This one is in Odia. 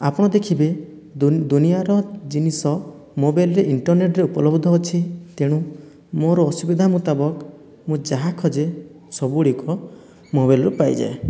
ଆପଣ ଦେଖିବେ ଦୁନିଆର ଜିନିଷ ମୋବାଇଲରେ ଇଣ୍ଟର୍ନେଟରେ ଉପଲବ୍ଧ ଅଛି ତେଣୁ ମୋର ଅସୁବିଧା ମୁତାବକ ମୁଁ ଯାହା ଖୋଜେ ସବୁଗୁଡ଼ିକ ମୋବାଇଲରୁ ପାଇଯାଏ